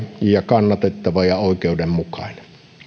kannatettava ja oikeudenmukainen